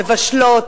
מבשלות,